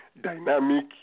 dynamic